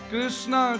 Krishna